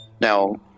Now